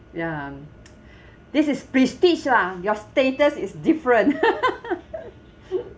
ya this is prestige lah your status is different